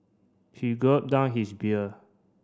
he gulp down his beer